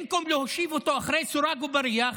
במקום להושיב אותו מאחורי סורג ובריח,